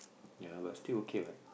ya but still okay what